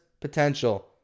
potential